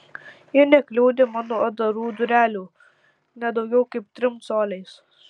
ji nekliudė mano atdarų durelių ne daugiau kaip trim coliais